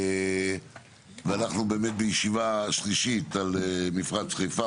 אנחנו בישיבה השלישית על מפרץ חיפה,